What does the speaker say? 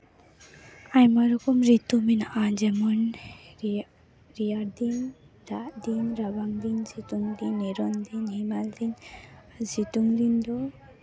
ᱟᱭᱢᱟ ᱨᱚᱠᱚᱢ ᱨᱤᱛᱩ ᱢᱮᱱᱟᱜᱼᱟ ᱡᱮᱢᱚᱱ ᱨᱮᱭᱟ ᱨᱮᱭᱟᱲ ᱫᱤᱱ ᱫᱟᱜ ᱫᱤᱱ ᱨᱟᱵᱟᱝ ᱫᱤᱱ ᱥᱤᱛᱩᱝ ᱫᱤᱱ ᱱᱤᱨᱚᱱ ᱫᱤᱱ ᱦᱮᱢᱟᱞ ᱫᱤᱱ ᱥᱤᱛᱩᱝ ᱫᱤᱱ ᱫᱚ